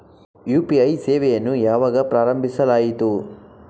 UPI ಸೇವೆಯನ್ನು ಯಾವಾಗ ಪ್ರಾರಂಭಿಸಲಾಯಿತು?